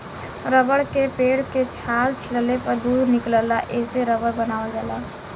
rubber के पेड़ के छाल छीलले पर दूध निकलला एसे रबर बनावल जाला